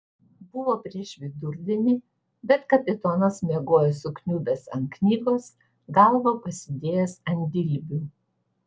buvo prieš vidurdienį bet kapitonas miegojo sukniubęs ant knygos galvą pasidėjęs ant dilbių